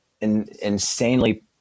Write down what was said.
insanely